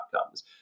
outcomes